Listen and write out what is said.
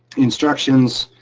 instructions,